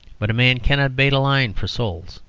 but a man cannot bait a line for souls.